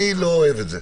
אני לא אוהב את זה.